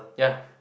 ya